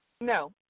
No